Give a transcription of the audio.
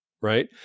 right